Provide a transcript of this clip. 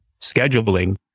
scheduling